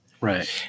Right